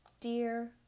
Dear